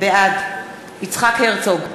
בעד יצחק הרצוג,